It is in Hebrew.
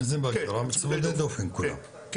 כן, כן.